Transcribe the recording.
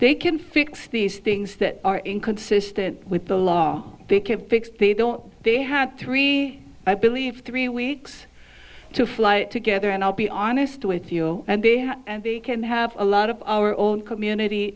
they can fix these things that are inconsistent with the law they can fix they don't they had three i believe three weeks to fly together and i'll be honest with you and they and they can have a lot of our own community